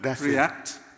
react